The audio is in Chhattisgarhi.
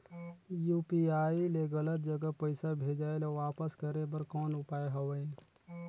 यू.पी.आई ले गलत जगह पईसा भेजाय ल वापस करे बर कौन उपाय हवय?